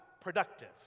productive